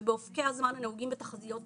ובאופקי הזמן הנוגעים בתחזיות כלכליות.